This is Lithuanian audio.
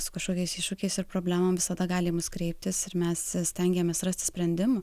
su kažkokiais iššūkiais ir problemom visada gali į mus kreiptis ir mes stengiamės rasti sprendimų